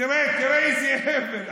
תראה, תראה איזה אבל.